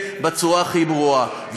בצורה הכי ברורה,